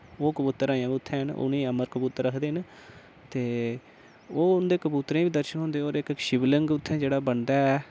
ओह् कबूतर अजें बी उत्थैं न उनें अमर कबूतर आखदे न ते ओह् उंदे कबूतरें बी दर्शन होंदे ते होर इक शिवलिंग जेह्ड़ा उत्थैं बनदा ऐ